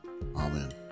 amen